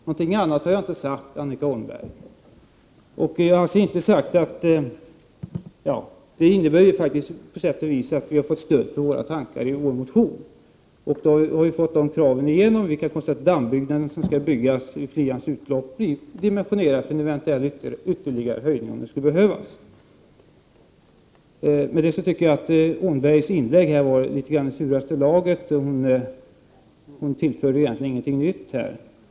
Någonting annat har jag inte sagt, Annika Åhnberg. Det innebär på sätt och vis att vi har fått stöd för tankarna i vår motion. Vi har fått igenom kravet på att den damm som skall byggas vid Flians utlopp skall dimensioneras för en eventuell ytterligare höjning om det skulle behövas. Annika Åhnbergs inlägg var i suraste laget. Hon tillförde egentligen ingenting nytt.